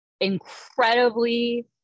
incredibly